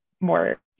more